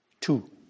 Two